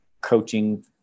coaching